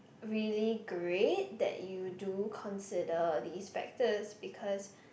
really great that you do consider these factors because